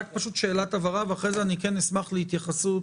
שאלת הבהרה ואחרי זה אשמח להתייחסות